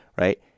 right